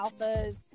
Alphas